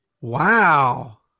Wow